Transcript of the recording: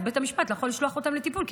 ובית המשפט לא יכול לשלוח אותם לטיפול כי